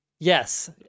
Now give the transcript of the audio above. Yes